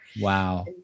Wow